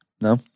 No